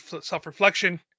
self-reflection